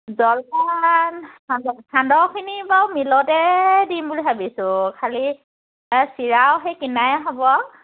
জলপান সান্দহখিনি বাৰু মিলতে দিম বুলি ভাবিছোঁ খালী চিৰাও সেই কিনাৰে হ'ব আৰু